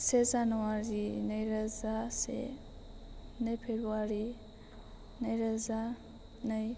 से जानुवारि नैरोजा से नै फेब्रुवारि नैरोजा नै